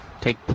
take